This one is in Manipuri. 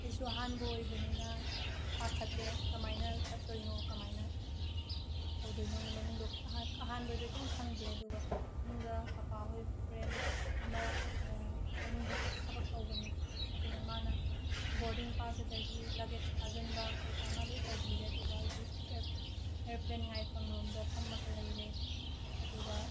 ꯑꯩꯁꯨ ꯑꯍꯥꯟꯕ ꯑꯣꯏꯕꯅꯤꯅ ꯄꯥꯈꯠꯂꯦ ꯀꯃꯥꯏꯅ ꯆꯠꯇꯣꯏꯅꯣ ꯀꯃꯥꯏꯅ ꯇꯧꯗꯣꯏꯅꯣꯅ ꯃꯅꯨꯡꯗꯣ ꯑꯍꯥꯟꯕ ꯑꯣꯏꯕꯒꯤ ꯀꯔꯤꯝ ꯈꯪꯗꯦ ꯑꯗꯨꯒ ꯃꯅꯨꯡꯗ ꯄꯥꯄꯥ ꯍꯣꯏ ꯐ꯭ꯔꯦꯟ ꯑꯃ ꯃꯅꯨꯡꯗ ꯊꯕꯛ ꯇꯧꯕꯅꯦ ꯑꯗꯨꯅ ꯃꯥꯅ ꯕꯣꯔꯗꯤꯡ ꯄꯥꯁ ꯑꯗꯨꯗꯒꯤ ꯂꯛꯒꯦꯁ ꯊꯥꯖꯤꯟꯕ ꯀꯩꯀ꯭ꯔꯥ ꯃꯥꯃ ꯂꯣꯏꯅ ꯇꯧꯕꯤꯔꯦ ꯑꯗꯨꯒ ꯑꯩꯗꯣ ꯑꯦꯌꯥꯔꯄ꯭ꯂꯦꯟ ꯉꯥꯏꯐꯝ ꯔꯣꯝꯗ ꯐꯝꯃꯒ ꯂꯩꯔꯦ ꯑꯗꯨꯒ